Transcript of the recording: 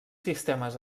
sistemes